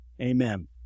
Amen